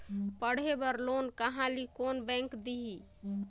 पढ़े बर लोन कहा ली? कोन बैंक देही?